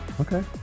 Okay